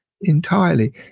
entirely